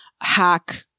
hack